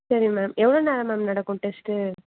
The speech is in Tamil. சரி மேம் எவ்வளோ நேரம் மேம் நடக்கும் டெஸ்ட்